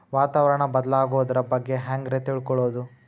ವಾತಾವರಣ ಬದಲಾಗೊದ್ರ ಬಗ್ಗೆ ಹ್ಯಾಂಗ್ ರೇ ತಿಳ್ಕೊಳೋದು?